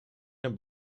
naar